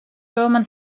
roman